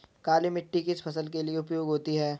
काली मिट्टी किस फसल के लिए उपयोगी होती है?